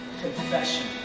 Confession